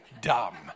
dumb